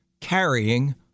carrying